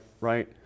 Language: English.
right